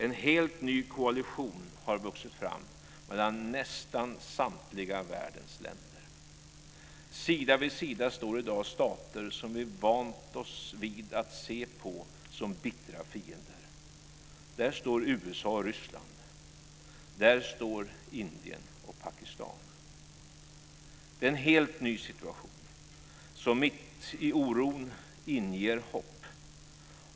En helt ny koalition har vuxit fram mellan nästan samtliga världens länder. Sida vid sida står i dag stater som vi vant oss vid att se på som bittra fiender. Där står USA och Ryssland; där står Indien och Pakistan. Det är en helt ny situation som mitt i oron inger hopp.